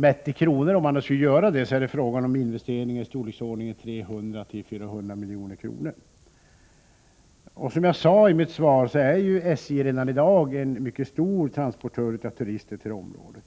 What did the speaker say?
Mätt i kronor skulle det röra sig om en investering i storleksordningen 300-400 milj.kr. Som jag sade i mitt svar är SJ redan i dag en mycket stor transportör av turister till området.